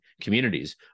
communities